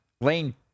lane